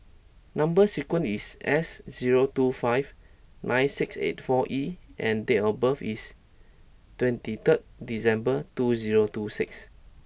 number sequence is S zero two five nine six eight four E and date of birth is twenty third December two zero two six